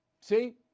See